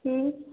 ہوں